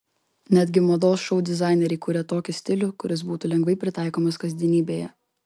netgi mados šou dizaineriai kūrė tokį stilių kuris būtų lengvai pritaikomas kasdienybėje